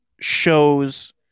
shows